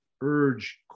urge